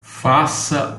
faça